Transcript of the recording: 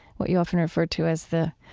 what you often refer to as the